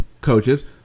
coaches